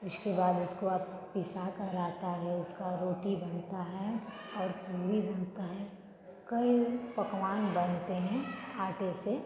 उसके बाद उसको आप पिसा कर आता है उसका रोटी बनता है और पूड़ी बनता है कई पकवान बनते हैं आटे से